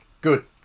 good